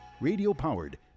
radio-powered